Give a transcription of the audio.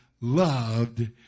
loved